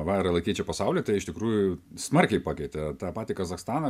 vairalai keičia pasaulį tai iš tikrųjų smarkiai pakeitė tą patį kazachstaną